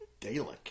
Dalek